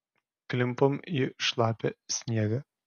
klimpom į šlapią sniegą